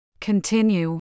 Continue